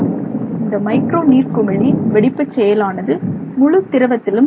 இந்த மைக்ரோ நீர்க்குமிழி வெடிப்பு செயலானது முழு திரவத்திலும் நடைபெறுகிறது